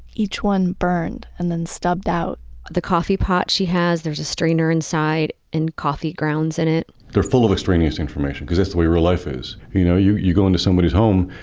each one burned and then stubbed out the coffee pot she has, there's a strainer inside and coffee grounds in it they're full of extraneous information cause that's the way real life is. you know you you go into somebody's home,